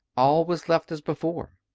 all was left as before.